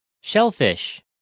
shellfish